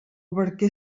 barquer